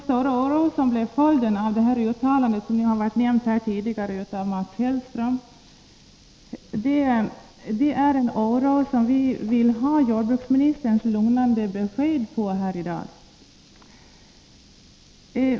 Uttalandet av Mats Hellström har väckt stor oro, och vi vill ha ett lugnande besked från jordbruksministern.